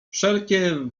wszelkie